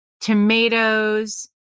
tomatoes